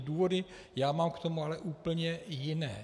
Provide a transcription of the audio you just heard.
Důvody mám k tomu ale úplně jiné.